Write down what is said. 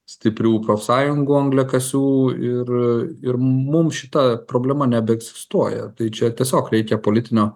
stiprių profsąjungų angliakasių ir ir mums šita problema nebeegzistuoja tai čia tiesiog reikia politinio